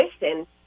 listen